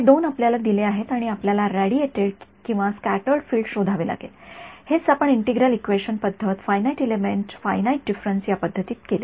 हे दोन आपल्याला दिले आहेत आणि आपल्याला रेडिएटेड किंवा स्क्याटर्ड फील्ड शोधावे लागेल हेच आपण इंटिग्रल इक्वेशन पद्धत फायनाईट एलिमेंट फायनाईट डिफरन्स या पद्धतीत केले